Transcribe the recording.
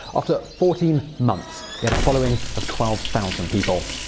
after fourteen months, he had a following of twelve thousand people.